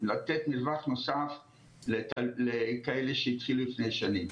לתת מרווח נוסף לכאלה שהתחילו לפני שנים.